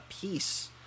peace